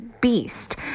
beast